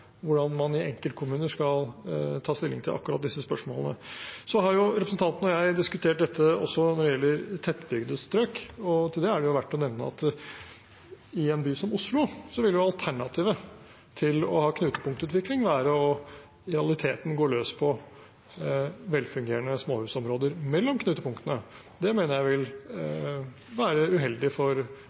hvordan man i enkeltkommuner skal ta stilling til akkurat disse spørsmålene. Representanten og jeg har diskutert dette også når det gjelder tettbygde strøk. Til det er det verdt å nevne at i en by som Oslo ville alternativet til å ha knutepunktutvikling i realiteten være å gå løs på velfungerende småhusområder mellom knutepunktene. Det mener jeg ville være uheldig for